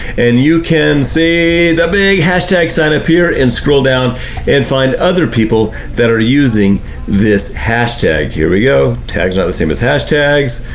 and you can see the big hashtag sign up here, and scroll down and find other people that are using this hashtag. here we go, tags are not the same as hashtags.